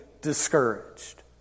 discouraged